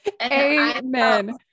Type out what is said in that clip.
Amen